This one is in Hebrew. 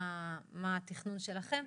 מה התכנון שלכם.